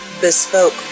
bespoke